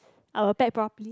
uh pack probably